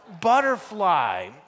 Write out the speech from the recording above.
butterfly